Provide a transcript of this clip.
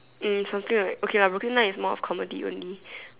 mm some thing like okay lah Brooklyn nine is more of comedy only